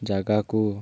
ଜାଗାକୁ